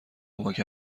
کمک